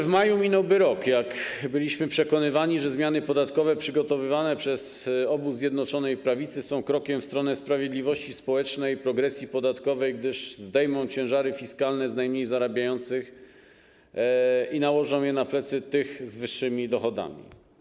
W maju minąłby rok, odkąd byliśmy przekonywani, że zmiany podatkowe przygotowywane przez obóz Zjednoczonej Prawicy są krokiem w stronę sprawiedliwości społecznej i progresji podatkowej, gdyż zdejmą ciężary fiskalne z najmniej zarabiających i nałożą je na plecy tych z wyższymi dochodami.